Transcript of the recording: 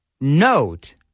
note